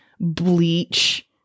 bleach